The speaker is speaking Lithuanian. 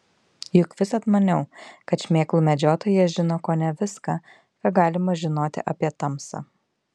juk visad maniau kad šmėklų medžiotojas žino kone viską ką galima žinoti apie tamsą